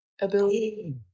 ability